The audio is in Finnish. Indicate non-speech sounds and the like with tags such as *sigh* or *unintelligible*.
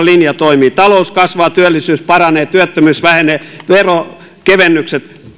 *unintelligible* linja toimii talous kasvaa työllisyys paranee työttömyys vähenee veronkevennykset